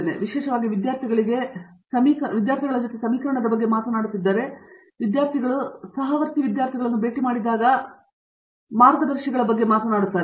ಆದ್ದರಿಂದ ನೀವು ವಿಶೇಷವಾಗಿ ವಿದ್ಯಾರ್ಥಿಗಳಿಗೆ ವಿರುದ್ಧವಾದ ಬೇರೆ ಸಮೀಕರಣದ ಬಗ್ಗೆ ಮಾತನಾಡುತ್ತಿದ್ದರೆ ವಿದ್ಯಾರ್ಥಿಗಳು ಸಹವರ್ತಿ ವಿದ್ಯಾರ್ಥಿಗಳನ್ನು ಭೇಟಿ ಮಾಡಿದಾಗ ಮಾರ್ಗದರ್ಶಿಗಳ ಬಗ್ಗೆ ಮಾತನಾಡುತ್ತಾರೆ